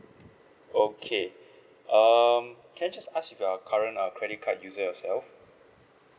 okay um can I just ask if you a current uh credit card user yourself